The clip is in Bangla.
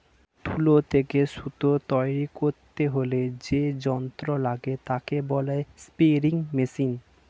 তুলো থেকে সুতো তৈরী করতে হলে যে যন্ত্র লাগে তাকে বলে স্পিনিং মেশিন